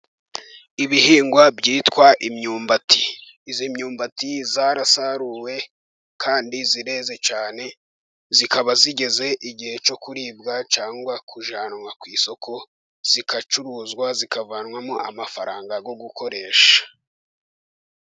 Ibihingwa byitwa imyumbati, iyi myumbati yarasaruwe kandi ireze cyane, ikaba igeze igihe cyo kuribwa cyangwa kujyananwa ku isoko, igacuruzwa ikavanwamo amafaranga yo gukoresha.